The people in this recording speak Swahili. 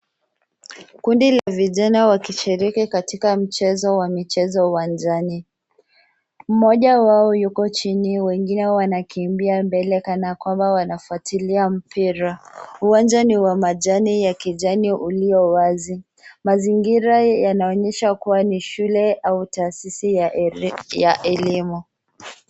Kundi la vijana wakishiriki katika mchezo wa michezo uwanjani. Mmoja wao yuko chini wengine wanakimbia mbele kana kwamba wanafuatilia mpira. Uwanja ni wa majani ya kijani ulio wazi. Mazingira yanaonyesha kuwa ni shule au taasisi ya elimu.